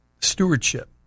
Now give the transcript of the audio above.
stewardship